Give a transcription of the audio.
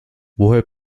woher